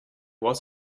was